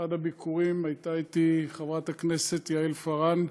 באחד הביקורים הייתה אתי חברת הכנסת יעל פארן,